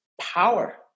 power